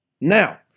now